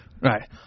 Right